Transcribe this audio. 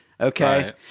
Okay